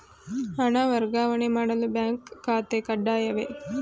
ಹಣ ವರ್ಗಾವಣೆ ಮಾಡಲು ಬ್ಯಾಂಕ್ ಖಾತೆ ಕಡ್ಡಾಯವೇ?